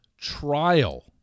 trial